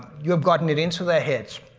you've gotten it into their heads.